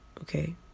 Okay